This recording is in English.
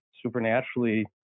supernaturally